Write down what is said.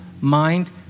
mind